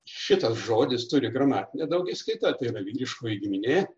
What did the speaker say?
šitas žodis turi gramatinę daugiskaitą tai yra vyriškoji giminė